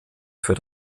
für